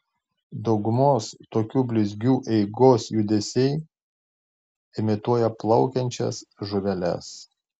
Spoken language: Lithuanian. daugumos tokių blizgių eigos judesiai imituoja plaukiančias žuveles